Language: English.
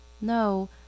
No